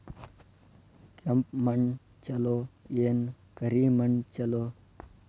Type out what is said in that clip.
ಕೆಂಪ ಮಣ್ಣ ಛಲೋ ಏನ್ ಕರಿ ಮಣ್ಣ ಛಲೋ?